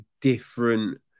different